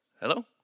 Hello